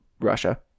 Russia